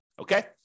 okay